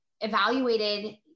evaluated